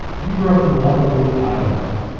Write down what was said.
you grew up in waterloo, iowa,